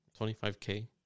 25k